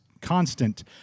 constant